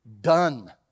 done